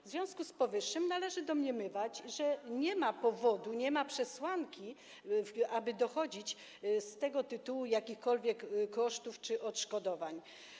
W związku z powyższym należy domniemywać, że nie ma powodu, nie ma przesłanki, aby dochodzić z tego tytułu jakichkolwiek kosztów czy odszkodowań.